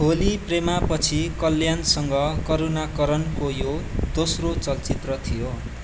थोली प्रेमापछि कल्याणसँग करुणाकरणको यो दोस्रो चल्चित्र थियो